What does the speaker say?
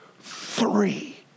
three